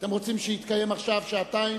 האם אתם רוצים שיתקיימו עכשיו שעתיים